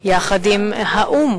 יחד עם האו"ם,